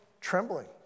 trembling